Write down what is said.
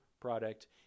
product